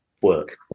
work